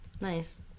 Nice